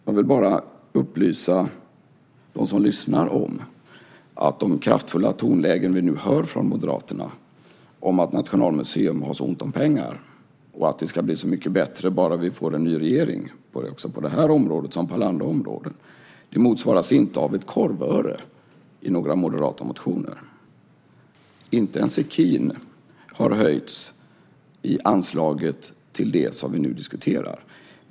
Jag vill bara upplysa dem som lyssnar om att de kraftfulla tonlägen vi nu hör från Moderaterna om att Nationalmuseum har så ont om pengar och att det ska bli så mycket bättre på det här området bara vi får en ny regering, som på alla andra områden, inte motsvaras av ett korvöre i några moderata motioner. Inte med en sekin har man höjt anslaget till det som vi nu diskuterar.